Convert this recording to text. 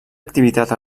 activitat